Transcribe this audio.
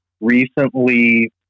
recently